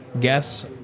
guess